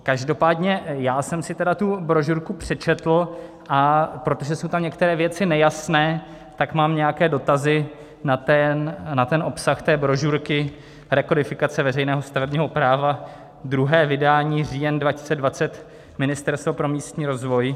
Každopádně já jsem si tedy tu brožurku přečetl, a protože jsou tam některé věci nejasné, tak mám nějaké dotazy na obsah té brožurky Rekodifikace veřejného stavebního práva, 2. vydání, říjen 2020, Ministerstvo pro místní rozvoj.